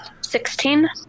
Sixteen